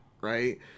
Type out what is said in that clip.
right